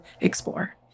explore